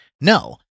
No